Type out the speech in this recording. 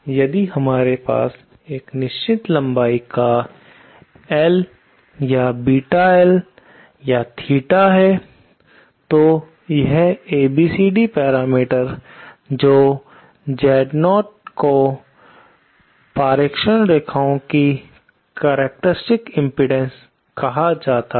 यदि हमारे पास एक निश्चित लंबाई का एल या बीटा एल या थीटा है तो यह एबीसीडी पैरामीटर्स जो Z0 को पारेषण रेखाएँ की करक्टेरिस्टिक्स इम्पीडेन्स कहा जाता है